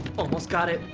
almost got it.